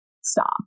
stop